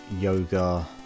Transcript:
yoga